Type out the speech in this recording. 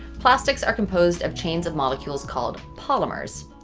plastics are composed of chains of molecules called polymers.